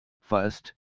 First